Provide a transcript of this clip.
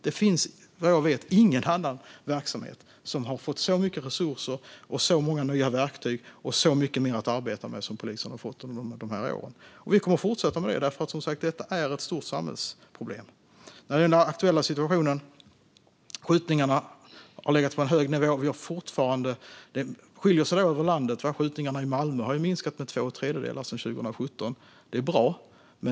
Det finns vad jag vet ingen annan verksamhet som fått så mycket resurser, så många nya verktyg och så mycket mer att arbeta med som polisen fått under de här åren. Och vi kommer att fortsätta med det, för detta är som sagt ett stort samhällsproblem. När det gäller den aktuella situationen har skjutningarna legat på en hög nivå. Det skiljer sig dock över landet. Skjutningarna i Malmö har minskat med två tredjedelar sedan 2017.